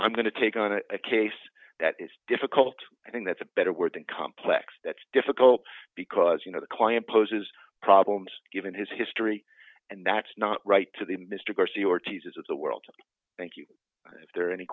i'm going to take on a case that is difficult i think that's a better word than complex that's difficult because you know the client poses problems given his history and that's not right to the mr garcia ortiz's of the world thank you if there are any